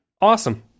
Awesome